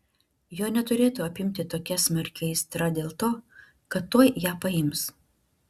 jo neturėtų apimti tokia smarki aistra dėl to kad tuoj ją paims